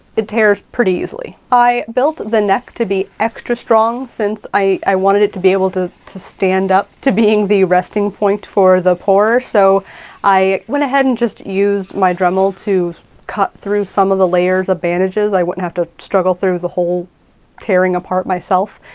it tears pretty easily. i built the neck to be extra strong since i wanted it to be able to to stand up to being the resting point for the pour, so i went ahead and just used my dremel to cut through some of the layers of bandages. i wouldn't have to struggle through the whole tearing apart myself.